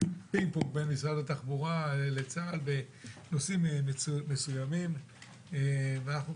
פינג פונג בין משרד התחבורה לצה"ל בנושאים מסוימים ואנחנו